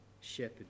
shepherd